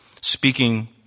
speaking